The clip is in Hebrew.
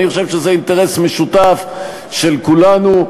אני חושב שזה אינטרס משותף של כולנו,